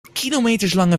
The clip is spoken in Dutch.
kilometerslange